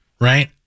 Right